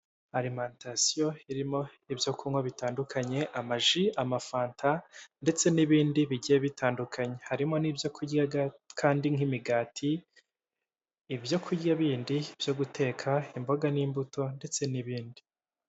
Alimantasiyo irimo ibyo kunywa bitandukanye amaji, amafanta, ndetse n'ibindi bigiye bitandukanye harimo n'ibyo kurya kandi nk'imigati, ibyokurya bindi byo guteka, imboga n'imbuto, ndetse n'ibindi.